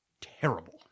terrible